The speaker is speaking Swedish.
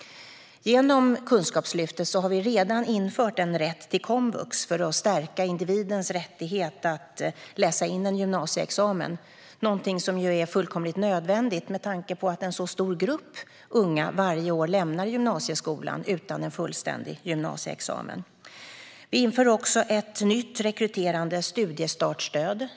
Genom Kunskapslyftet har vi redan infört en rätt till komvux för att stärka individens rättighet att läsa in en gymnasieexamen, någonting som är fullkomligt nödvändigt med tanke på att en så stor grupp unga varje år lämnar gymnasieskolan utan en fullständig gymnasieexamen. Vi inför också ett nytt rekryterande studiestartsstöd.